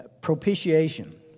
Propitiation